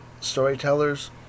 Storytellers